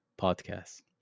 Podcast